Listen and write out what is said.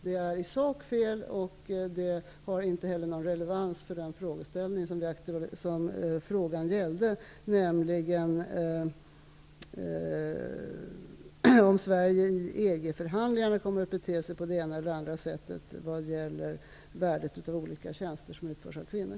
Det är i sak fel och har inte heller någon relevans för det som frågan gällde, nämligen om Sverige i EG förhandlingarna kommer att bete sig på det ena eller det andra sättet vad gäller värdet av olika tjänster som utförs av kvinnor.